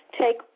take